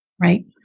Right